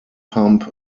pump